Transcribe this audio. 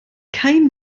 kein